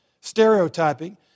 stereotyping